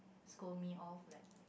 scold me off like